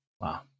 wow